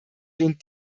lehnt